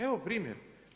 Evo primjer.